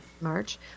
March